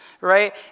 right